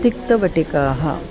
तिक्तवटिकाः